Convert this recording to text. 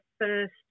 first